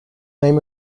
name